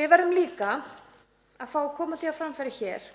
Við verðum líka að fá að koma því á framfæri hér